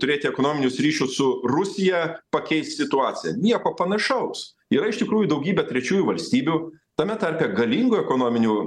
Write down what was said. turėti ekonominius ryšius su rusija pakeis situaciją nieko panašaus yra iš tikrųjų daugybė trečiųjų valstybių tame tarpe galingų ekonominių